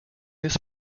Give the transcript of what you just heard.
this